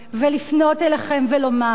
ולפנות אליכם ולומר: